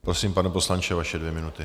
Prosím, pane poslanče, vaše dvě minuty.